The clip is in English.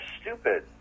stupid